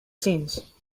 since